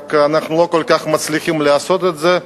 רק אנחנו לא כל כך מצליחים לעשות את זה.